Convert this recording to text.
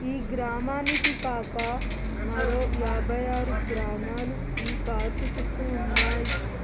ఈ గ్రామానికి కాక మరో యాభై ఆరు గ్రామాలు ఈ పార్కు చుట్టూ ఉన్నాయి